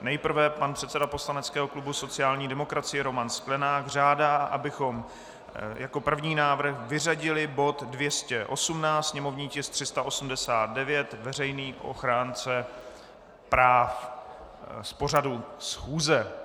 Nejprve pan předseda poslaneckého klubu sociální demokracie Roman Sklenák žádá, abychom jako první návrh vyřadili bod 218, sněmovní tisk 389, veřejný ochránce práv, z pořadu schůze.